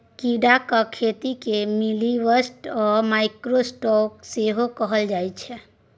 कीड़ाक खेतीकेँ मिनीलिवस्टॉक वा माइक्रो स्टॉक सेहो कहल जाइत छै